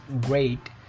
great